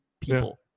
people